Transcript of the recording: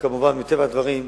וכמובן מטבע הדברים,